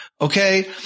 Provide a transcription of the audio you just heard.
okay